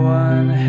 one